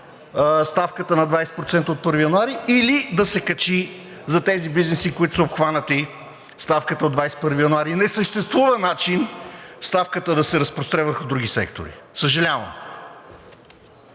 ставката на 20% от 1 януари, или да се качи за тези бизнеси, които са обхванати, ставката от 1 януари. Не съществува начин ставката да се разпростре върху други сектори, съжалявам.